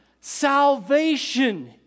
salvation